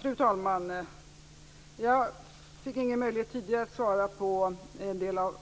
Fru talman! Jag fick ingen möjlighet tidigare att svara på en del av